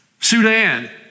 Sudan